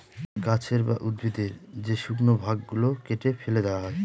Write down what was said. গাছের বা উদ্ভিদের যে শুকনো ভাগ গুলো কেটে ফেলে দেওয়া হয়